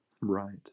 Right